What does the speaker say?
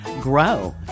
grow